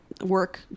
work